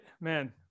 man